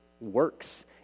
works